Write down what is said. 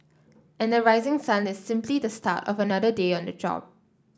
and the rising sun is simply the start of another day on the job